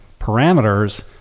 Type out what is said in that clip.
parameters